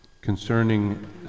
concerning